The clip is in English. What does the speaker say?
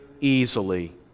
easily